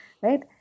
right